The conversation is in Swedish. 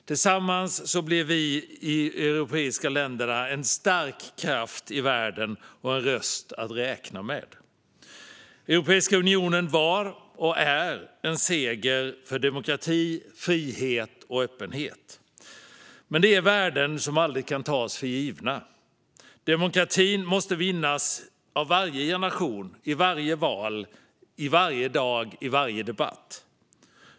Tillsammans blir vi europeiska länder en stark kraft i världen och en röst att räkna med. Europeiska unionen var och är en seger för demokrati, frihet och öppenhet, men det är värden som aldrig kan tas för givna. Demokratin måste varje dag vinnas av varje generation, i varje val och i varje debatt.